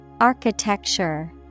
Architecture